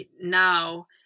now